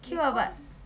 okay lah but